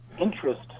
interest